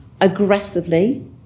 aggressively